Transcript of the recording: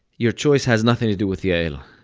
your choice has nothing to do with yael.